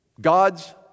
God's